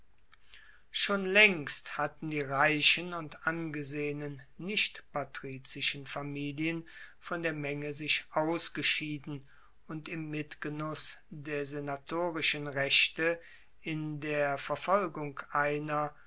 schon laengst hatten die reichen und angesehenen nichtpatrizischen familien von der menge sich ausgeschieden und im mitgenuss der senatorischen rechte in der verfolgung einer